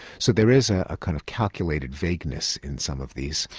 so there is a ah kind of calculated vagueness in some of these.